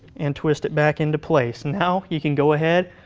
and twist it back into place. and now, you can go ahead,